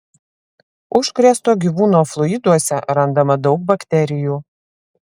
užkrėsto gyvūno fluiduose randama daug bakterijų